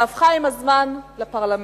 שהפכה עם הזמן לפרלמנט.